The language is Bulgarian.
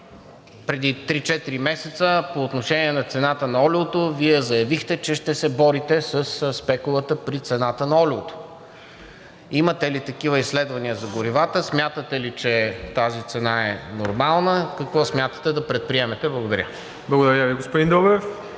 преди 3-4 месеца по отношение на цената на олиото Вие заявихте, че ще се борите със спекулата при цената на олиото. Имате ли такива изследвания за горивата? Смятате ли, че тази цена е нормална? Какво смятате да предприемете? Благодаря. ПРЕДСЕДАТЕЛ МИРОСЛАВ ИВАНОВ: